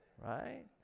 Right